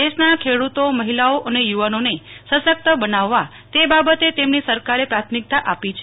દેશના ખેડૂતો મહિલાઓ અન યુવાનોને સશકત બનાવવા તે બાબતે તેમની સરકારે પ્રાથ મિકતા આપી છે